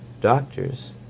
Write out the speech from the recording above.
doctors